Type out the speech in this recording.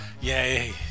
Yay